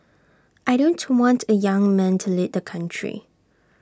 I don't want A young man to lead country